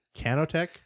Canotech